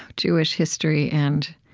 jewish history and